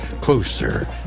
closer